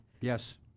yes